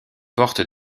porte